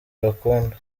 ibakunda